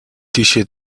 тийшээ